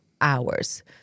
hours